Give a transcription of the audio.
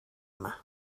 yma